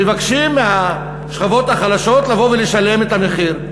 מבקשים מהשכבות החלשות לבוא ולשלם את המחיר.